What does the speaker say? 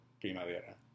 primavera